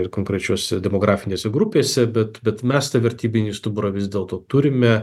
ir konkrečiose demografinėse grupėse bet bet mes tą vertybinį stuburą vis dėlto turime